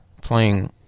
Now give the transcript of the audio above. playing